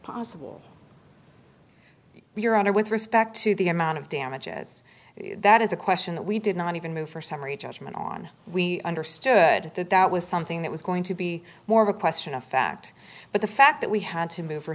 possible your honor with respect to the amount of damages that is a question that we did not even move for summary judgment on we understood that that was something that was going to be more of a question of fact but the fact that we had to move for